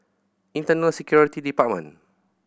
Internal Security Department